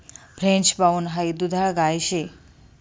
French brown high दुधाळ गाय शे